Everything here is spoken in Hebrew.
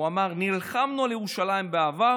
הוא אמר: נלחמנו על ירושלים בעבר